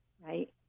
right